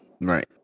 Right